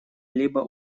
либо